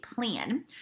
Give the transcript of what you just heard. plan